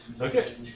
Okay